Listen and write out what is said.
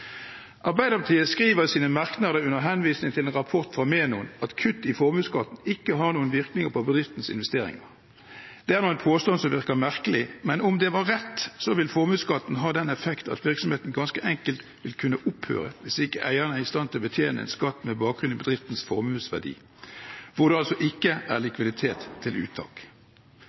Arbeiderpartiet skriver i sine merknader, under henvisning til en rapport fra Menon, at kutt i formuesskatten ikke har noen virkning på bedriftenes investeringer. Det er nå en påstand som virker merkelig, men om den var rett, ville formuesskatten ha den effekt at virksomheten ganske enkelt vil kunne opphøre hvis eierne ikke er i stand til å betjene en skatt med bakgrunn i bedriftens formuesverdi, hvor det altså ikke er